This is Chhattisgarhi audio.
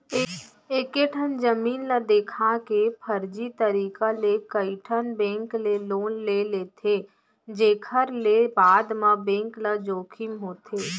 एकेठन जमीन ल देखा के फरजी तरीका ले कइठन बेंक ले लोन ले लेथे जेखर ले बाद म बेंक ल जोखिम होथे